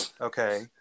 okay